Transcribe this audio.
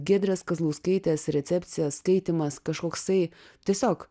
giedrės kazlauskaitės recepcija skaitymas kažkoksai tiesiog